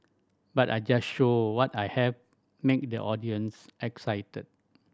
but I just show what I have make the audience excited